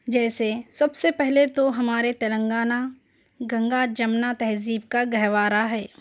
جیسے سب سے پہلے تو ہمارے تلنگانہ گنگا جمنا تہذیب کا گہوارا ہے